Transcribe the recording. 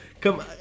Come